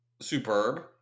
superb